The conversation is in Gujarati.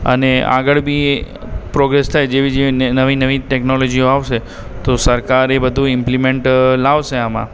અને આગળ બી એ પ્રોગ્રેસ થાય જેવી જેવી નવી નવી ટૅક્નોલોજીઓ આવશે તો સરકાર એ બધું ઈમ્પ્લિમેન્ટ લાવશે આમાં